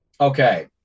Okay